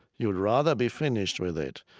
you would rather be finished with it.